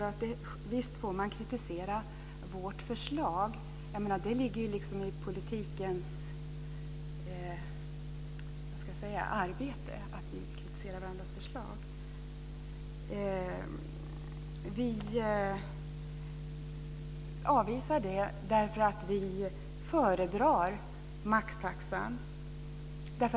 Det ligger i politikens arbete att vi kritiserar varandras förslag. Vi socialdemokrater avvisar förslagen därför att vi föredrar maxtaxan.